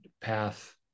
path